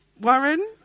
Warren